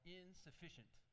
insufficient